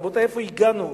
רבותי, לאיפה הגענו?